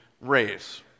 raise